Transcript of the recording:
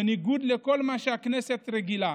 בניגוד לכל מה שהכנסת רגילה,